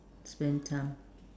spend time